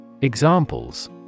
Examples